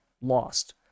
lost